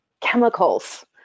chemicals